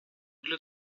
для